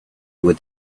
with